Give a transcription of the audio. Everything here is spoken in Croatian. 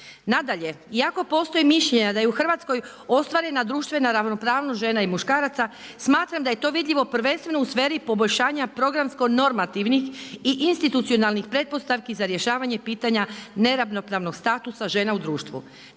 Nadalje, iako postoje mišljenja da je u Hrvatskoj ostvarena društvena ravnopravnost žena i muškaraca smatram da je to vidljivo prvenstveno u sferi poboljšanja programsko-normativnih i institucionalnih pretpostavki za rješavanje pitanja neravnopravnog statusa žena u društvu.